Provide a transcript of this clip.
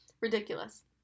Ridiculous